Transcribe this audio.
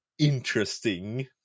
Interesting